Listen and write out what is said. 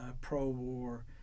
pro-war